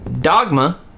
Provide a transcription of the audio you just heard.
Dogma